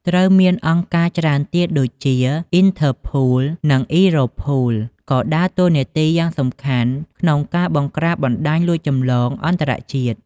ត្រូវមានអង្គការច្រើនទៀតដូចជា អ៊ីនថើរភូល (Interpol) និង អ៊ឺរ៉ូភូល (Europol) ក៏ដើរតួនាទីយ៉ាងសំខាន់ក្នុងការបង្ក្រាបបណ្តាញលួចចម្លងអន្តរជាតិ។